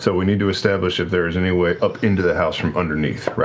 so we need to establish if there is any way up into the house from underneath, right?